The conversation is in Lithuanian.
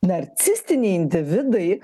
narcistiniai individai